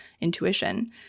intuition